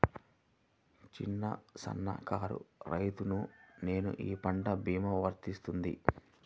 చిన్న సన్న కారు రైతును నేను ఈ పంట భీమా వర్తిస్తుంది?